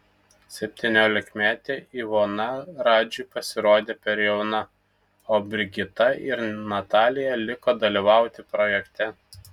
septyniolikmetė ivona radžiui pasirodė per jauna o brigita ir natalija liko dalyvauti projekte